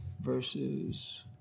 versus